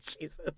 jesus